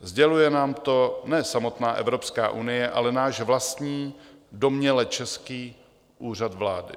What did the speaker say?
Sděluje nám to ne samotná Evropská unie, ale náš vlastní, domněle český Úřad vlády.